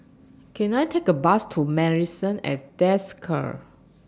Can I Take A Bus to Marrison At Desker